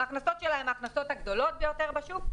ההכנסות שלה הן ההכנסות הגדולות ביותר בשוק.